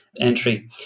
entry